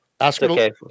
Okay